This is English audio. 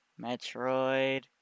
Metroid